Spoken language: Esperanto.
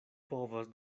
povas